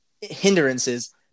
hindrances